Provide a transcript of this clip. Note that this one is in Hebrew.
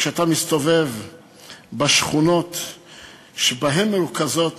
כשאתה מסתובב בשכונות שבהן מרוכזות